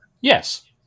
Yes